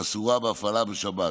שאסורה בהפעלה בשבת.